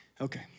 Okay